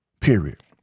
period